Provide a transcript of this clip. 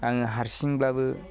आङो हारसिंब्लाबो